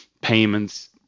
payments